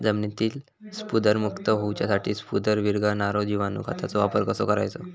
जमिनीतील स्फुदरमुक्त होऊसाठीक स्फुदर वीरघळनारो जिवाणू खताचो वापर कसो करायचो?